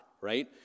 right